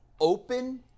open